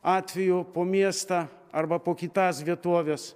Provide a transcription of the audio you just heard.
atveju po miestą arba po kitas vietoves